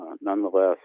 nonetheless